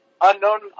unknown